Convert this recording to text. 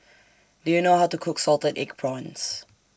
Do YOU know How to Cook Salted Egg Prawns